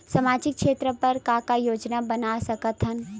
सामाजिक क्षेत्र बर का का योजना बना सकत हन?